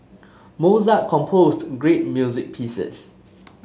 Mozart composed great music pieces